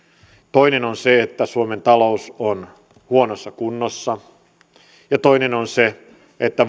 toinen on se että suomen talous on huonossa kunnossa ja toinen on se että